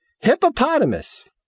hippopotamus